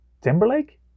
Timberlake